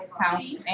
house